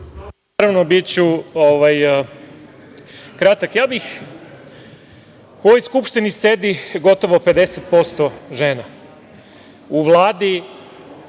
Naravno, biću kratak.U ovoj Skupštini sedi gotovo 50% žena.